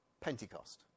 Pentecost